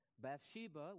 Bathsheba